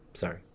Sorry